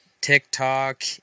TikTok